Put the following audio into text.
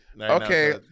Okay